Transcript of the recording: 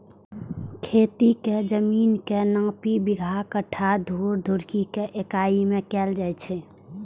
खेतीक जमीनक नापी बिगहा, कट्ठा, धूर, धुड़की के इकाइ मे कैल जाए छै